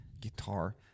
guitar